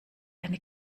eine